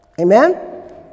Amen